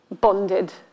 bonded